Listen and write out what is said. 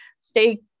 stay